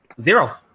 Zero